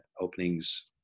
openings